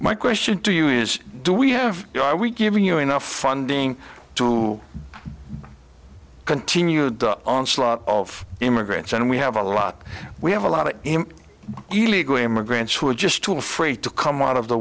my question to you is do we have we given you enough funding to continue onslaught of immigrants and we have a lot we have a lot of illegal immigrants who are just too afraid to come out of the